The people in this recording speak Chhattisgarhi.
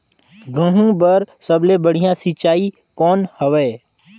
गहूं बर सबले बढ़िया सिंचाई कौन हवय?